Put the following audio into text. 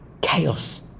Chaos